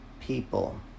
people